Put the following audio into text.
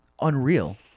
unreal